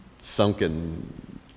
sunken